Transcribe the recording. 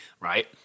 right